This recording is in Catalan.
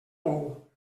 bou